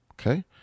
okay